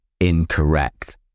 incorrect